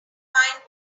find